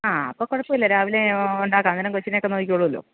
ആ അപ്പം കുഴപ്പമില്ല രാവിലെ ഉണ്ടാക്കാം അന്നേരം കൊച്ചിനെ ഒക്കെ നോക്കിക്കോളുമല്ലോ